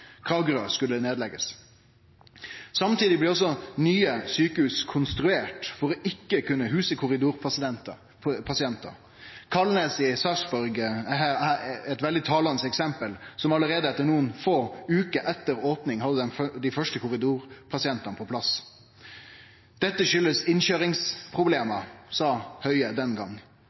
skulle bli lagde ned. Samtidig blir også nye sjukehus konstruert for ikkje å kunne huse korridorpasientar. Kalnes i Sarpsborg er eit veldig talande eksempel, som allereie nokre få veker etter opning hadde dei første korridorpasientane på plass. Dette kjem av innkøyringsproblem, sa Høie den